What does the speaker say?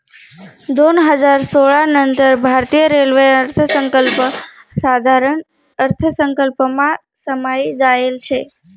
दोन हजार सोळा नंतर भारतीय रेल्वे अर्थसंकल्प साधारण अर्थसंकल्पमा समायी जायेल शे